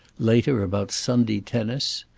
later about sunday tennis.